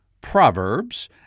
Proverbs